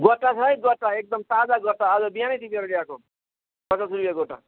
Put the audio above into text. गट्टा छ है गट्टा एकदम ताजा गट्टा आज बिहानै टिपेर ल्याएको पचास रुपियाँ गोटा